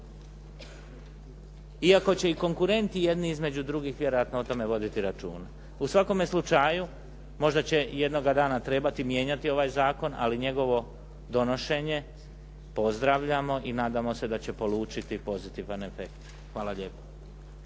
Iako će i konkurenti jedni između drugih vjerojatno o tome voditi računa. U svakome slučaju, možda će jednog dana trebati mijenjati ovaj zakon, ali njegovo donošenje pozdravljamo i nadamo se da će polučiti pozitivan efekt. Hvala lijepo.